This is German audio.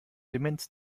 demenz